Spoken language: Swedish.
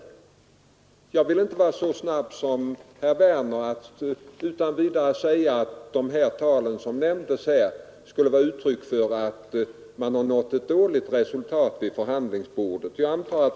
Jag vill inte vara så snabb som herr Werner och utan vidare säga att de tal som nämndes här skulle vara uttryck för att man nått ett dåligt resultat vid förhandlingsbordet.